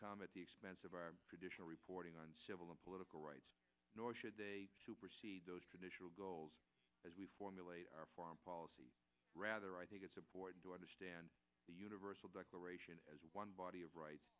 come at the expense of our traditional reporting on civil and political rights nor should they those traditional goals as we formulate our foreign policy rather i think it's important to understand the universal declaration as one body of rights